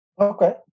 okay